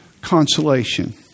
consolation